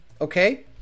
Okay